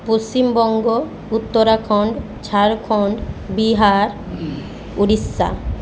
Paschimbanga Uttarakhand Jharkhand Bihar Orissa